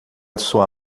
sua